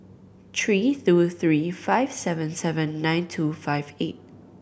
three two three five seven seven nine two five eight